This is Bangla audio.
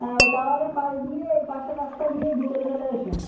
হ্যাঁ ওই টাওয়ারের পাশ দিয়ে এই পাশের রাস্তা দিয়ে ভিতরে চলে আসুন